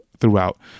throughout